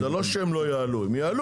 זה לא שהם לא יעלו, הם יעלו.